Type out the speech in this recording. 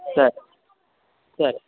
ಸರಿ ಸರಿ